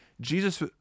jesus